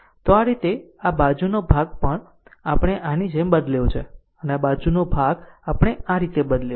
તો આ રીતે આ બાજુનો ભાગ આપણે આની જેમ બદલ્યો છે અને આ બાજુનો ભાગ આપણે આ રીતે બદલ્યો છે